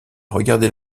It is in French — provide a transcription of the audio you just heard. regarder